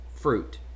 fruit